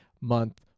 month